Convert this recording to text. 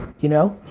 you know?